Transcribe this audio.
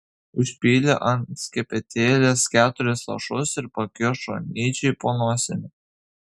užpylė ant skepetėlės keturis lašus ir pakišo nyčei po nosimi